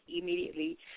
immediately